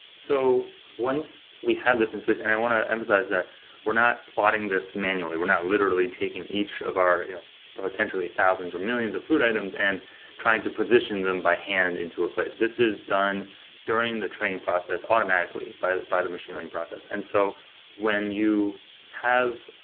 so once we have this, and i want to emphasize that we're not plotting this manually. we're not literally taking each of our potentially thousands or millions of food items and trying to position them by hand into a place. this is done during the train process automatically by by the machine learning process and so when you have,